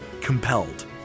Compelled